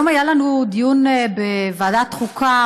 היום היה לנו דיון בוועדת החוקה,